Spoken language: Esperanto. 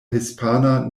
hispana